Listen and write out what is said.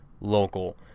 local